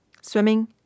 Swimming